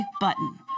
Button